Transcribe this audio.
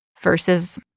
versus